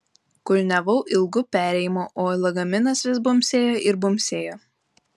kulniavau ilgu perėjimu o lagaminas vis bumbsėjo ir bumbsėjo